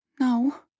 No